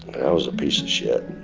i was a piece of shit